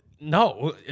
no